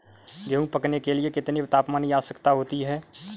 गेहूँ पकने के लिए कितने तापमान की आवश्यकता होती है?